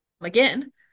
again